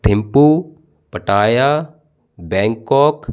tempo Pattaya Bangkok